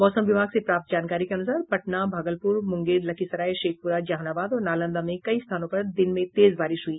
मौसम विभाग से प्राप्त जानकारी के अनुसार पटना भागलपुर मुंगेर लखीसराय शेखपुरा जहानाबाद और नालंदा में कई स्थानों पर दिन में तेज बारिश हुई